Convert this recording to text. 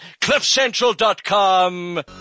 Cliffcentral.com